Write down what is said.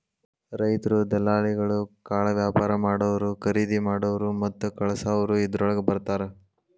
ರೈತ್ರು, ದಲಾಲಿಗಳು, ಕಾಳವ್ಯಾಪಾರಾ ಮಾಡಾವ್ರು, ಕರಿದಿಮಾಡಾವ್ರು ಮತ್ತ ಕಳಸಾವ್ರು ಇದ್ರೋಳಗ ಬರ್ತಾರ